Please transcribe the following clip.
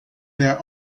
their